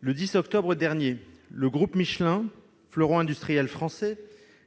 Le 10 octobre dernier, le groupe Michelin, fleuron industriel français,